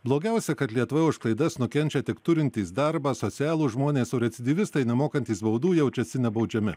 blogiausia kad lietuvoj už klaidas nukenčia tik turintys darbą socialūs žmonės o recidyvistai nemokantys baudų jaučiasi nebaudžiami